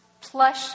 plush